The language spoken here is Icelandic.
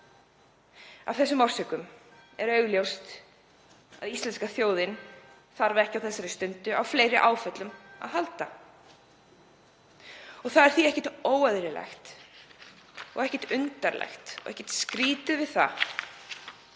Af þessum ástæðum er augljóst að íslenska þjóðin þarf ekki á þessari stundu á fleiri áföllum að halda. Það er því ekkert óeðlilegt og ekkert undarlegt og ekkert skrýtið við það